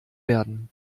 werden